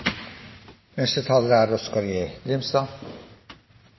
Neste taler er